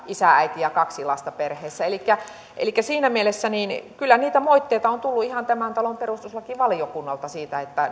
isä äiti ja kaksi lasta perheessä elikkä elikkä siinä mielessä kyllä niitä moitteita on tullut ihan tämän talon perustuslakivaliokunnalta siitä